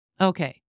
Okay